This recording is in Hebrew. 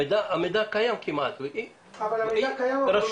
המידע קיים כמעט --- המידע קיים אבל הוא